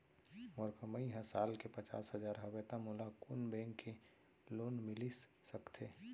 मोर कमाई ह साल के पचास हजार हवय त मोला कोन बैंक के लोन मिलिस सकथे?